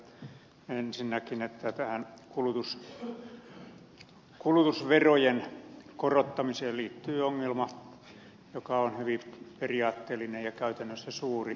orpon puheenvuoron johdosta totean ensinnäkin että tähän kulutusverojen korottamiseen liittyy ongelma joka on hyvin periaatteellinen ja käytännössä suuri